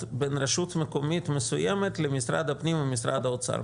בין רשות מקומית מסוימת למשרד הפנים ומשרד האוצר.